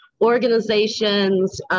organizations